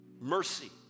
Mercy